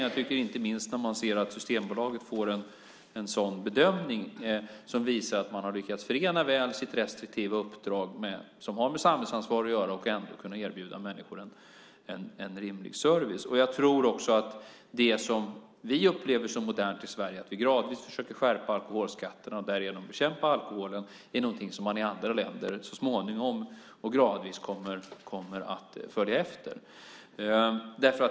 Jag tycker det inte minst när man ser att Systembolaget får en sådan bedömning som visar att Systembolaget väl har lyckats förena sitt restriktiva uppdrag som har med samhällsansvar att göra och ändå kan erbjuda människor en rimlig service. Jag tror också att det som vi upplever som modernt i Sverige, nämligen att vi gradvis försöker skärpa alkoholskatterna och därigenom bekämpa alkoholen, är någonting som man i andra länder så småningom och gradvis kommer att följa efter.